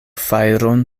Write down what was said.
fajron